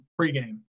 pregame